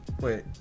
Wait